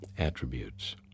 attributes